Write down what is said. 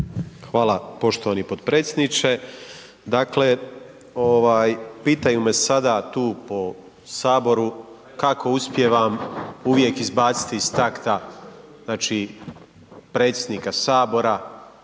Hvala poštovani potpredsjedniče. Dakle, pitaju me sada tu po Saboru kako uspijevam uvijek izbaciti iz takta predsjednika Sabora,